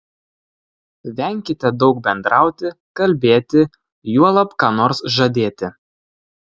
venkite daug bendrauti kalbėti juolab ką nors žadėti